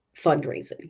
fundraising